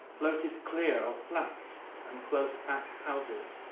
floated clear of flats and close, packed houses.